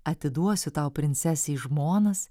atiduosiu tau princesę į žmonas